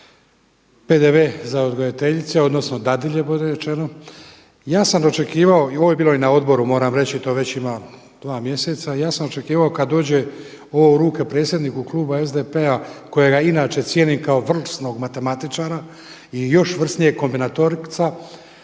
PDV za odgajateljice odnosno dadilje budi rečeno, ja sam očekivao i ovo je bilo i na odboru moram reći, to već ima dva mjeseca, ja sam očekivao kada dođe ovo u ruke predsjedniku klubu SDP-a kojega inače cijenim kao vrsnog matematičara i još vrsnijeg kombinatorika,